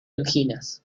anginas